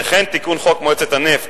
וכן, התיקון חוק מועצת הנפט,